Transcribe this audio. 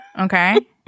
Okay